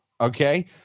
okay